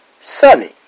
Sunny